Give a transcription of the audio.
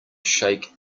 shake